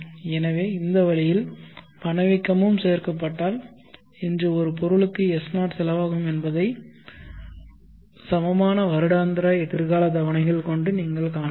எனவே இந்த வழியில் பணவீக்கமும் சேர்க்கப்பட்டால் இன்று ஒரு பொருளுக்கு S0 க்கு செலவாகும் என்பதை சமமான வருடாந்திர எதிர்கால தவணைகள் கொண்டு நீங்கள் காணலாம்